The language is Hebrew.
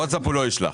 וואטסאפ הוא לא ישלח,